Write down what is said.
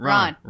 Ron